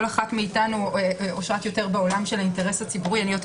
כל אחת מאתנו אשרת יותר בעולם של האינטרס הציבורי ואני יותר